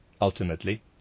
Ultimately